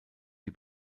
die